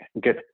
get